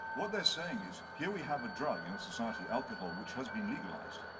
what they're saying is, here we have a drug in a society, alcohol, which has been legalized,